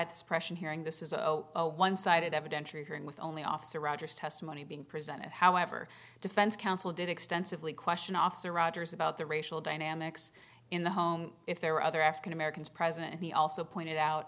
suppression hearing this is a one sided evidentiary hearing with only officer rogers testimony being presented however defense counsel did extensively question officer rogers about the racial dynamics in the home if there were other african americans present he also pointed out